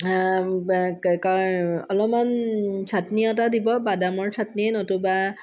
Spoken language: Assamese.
কি কয় অলমান চাটনি এটা দিব বাদামৰ চাটনি নতুবা